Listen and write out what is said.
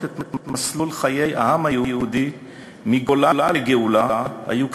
את מסלול חיי העם היהודי מגולה לגאולה היו קצרים,